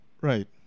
Right